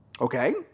Okay